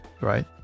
right